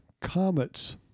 Comets